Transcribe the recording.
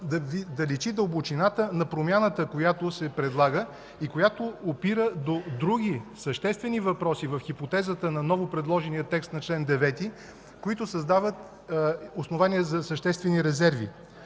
да личи дълбочината на промяната, която се предлага и която опира до други съществени въпроси в хипотезата на новопредложения текст на чл. 9, които създават основания за съществени резерви.